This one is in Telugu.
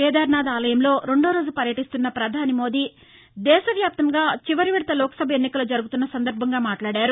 కేదార్నాథ్లో రెండో రోజు పర్యటీస్తున్న పధాని మోడీ దేశవ్యాప్తంగా చివరి విడత లోక్సభ ఎన్నికలు జరుగుతున్న సందర్భంగా ఆయన మాట్లాడారు